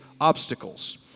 obstacles